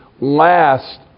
last